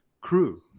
crew